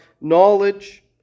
knowledge